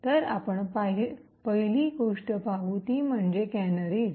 तर आपण पहिली गोष्ट पाहू ती म्हणजे कॅनरीज